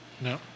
No